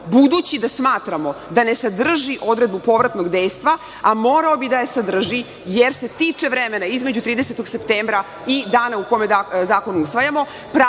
Budući da smatramo da ne sadrži odredbu povratnog dejstva, a morao bi da je sadrži, jer se tiče vremena između 30. septembra i dana u kome zakon usvajamo,